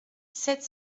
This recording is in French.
sept